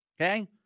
Okay